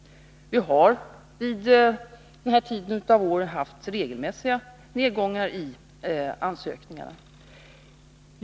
Vi har vid den här tiden på året haft regelmässiga nedgångar i antalet ansökningar.